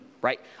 right